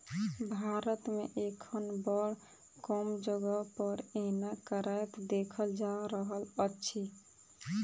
भारत मे एखन बड़ कम जगह पर एना करैत देखल जा रहल अछि